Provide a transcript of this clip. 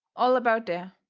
all about there.